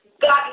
God